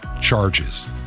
charges